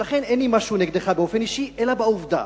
ולכן, אין לי משהו נגדך באופן אישי, אלא בעובדה